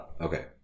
Okay